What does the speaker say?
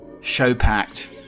show-packed